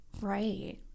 Right